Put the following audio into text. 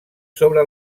sobre